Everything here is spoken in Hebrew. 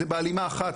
זה בהלימה אחת,